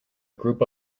group